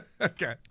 Okay